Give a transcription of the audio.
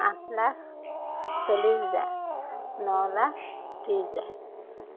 আঠ লাখ চল্লিছ হেজাৰ ন লাখ ত্ৰিছ হেজাৰ